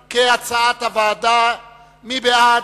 מי בעד?